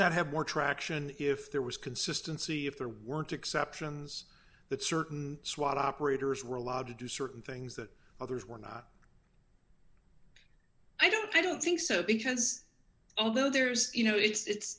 that have more traction if there was consistency if there weren't exceptions that certain swat operators were allowed to do certain things that others were not i don't i don't think so because although there is you know it's